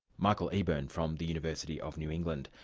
michael eburn from the university of new england.